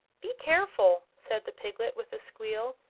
be careful! said the piglet, with a squeal,